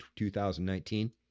2019